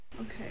okay